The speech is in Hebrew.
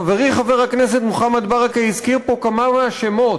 חברי חבר הכנסת מוחמד ברכה הזכיר פה כמה מהשמות.